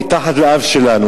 מתחת לאף שלנו,